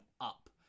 up